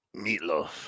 Meatloaf